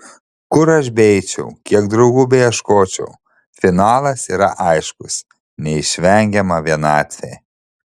kur aš beeičiau kiek draugų beieškočiau finalas yra aiškus neišvengiama vienatvė